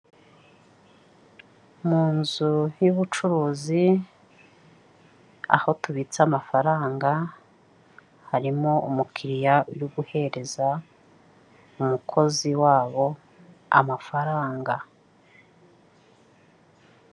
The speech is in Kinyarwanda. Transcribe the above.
Mu nzu y'ubucuruzi aho tubitsa amafaranga, harimo umukiriya uri guhereza umukozi wabo amafaranga.